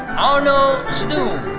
arnaud zdun.